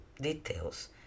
details